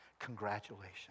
Congratulations